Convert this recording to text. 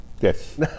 Yes